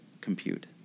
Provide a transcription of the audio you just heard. compute